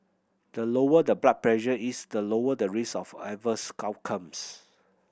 the lower the blood pressure is the lower the risk of adverse outcomes